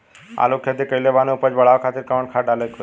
आलू के खेती कइले बानी उपज बढ़ावे खातिर कवन खाद डाले के होई?